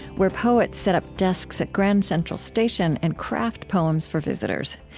where poets set up desks at grand central station and craft poems for visitors.